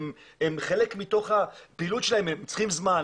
הם חלק מתוך הפעילות שלהם והם צריכים זמן.